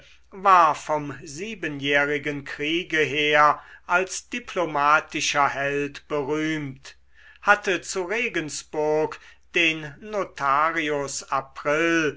war vom siebenjährigen kriege her als diplomatischer held berühmt hatte zu regensburg den notarius aprill